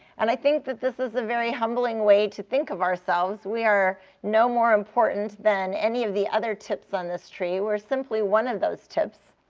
and i think that this is a very humbling way to think of ourselves. we are no more important than any of the other tips on this tree. we're simply one of those tips.